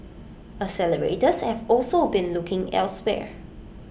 accelerators have also been looking elsewhere